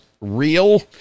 real